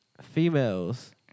Females